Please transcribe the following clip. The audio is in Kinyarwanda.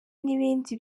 n’ibindi